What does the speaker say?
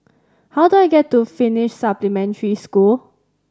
how do I get to Finnish Supplementary School